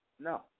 No